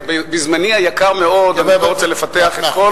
בזמני היקר מאוד אני לא רוצה לפתח את כל